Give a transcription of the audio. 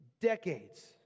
decades